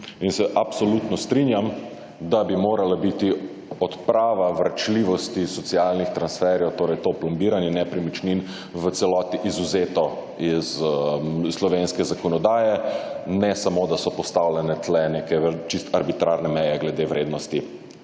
In se absolutno strinjam, da bi morala biti odprava »vračljivosti« socialnih transferjev, torej to plombiranje nepremičnin, v celoti izvzeto iz slovenske zakonodaje. Ne samo, da so postavljene tu neke, čisto arbitrarne meje glede vrednosti